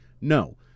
No